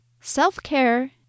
Self-care